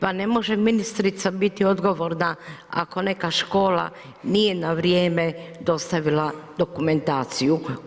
Pa ne može ministrica biti odgovorna ako neka škola nije na vrijeme dostavila dokumentaciju.